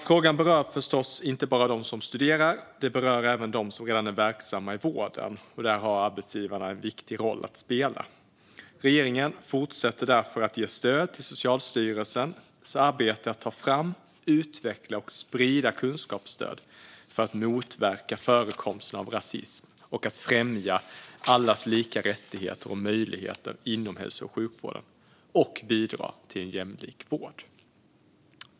Frågan berör förstås inte bara dem som studerar. Den berör även dem som redan är verksamma i vården, och där har arbetsgivarna en viktig roll att spela. Regeringen fortsätter därför att ge stöd till Socialstyrelsens arbete med att ta fram, utveckla och sprida kunskapsstöd för att motverka förekomsten av rasism, främja allas lika rättigheter och möjligheter inom hälso och sjukvården och bidra till en jämlik vård.